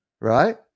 right